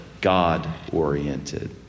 God-oriented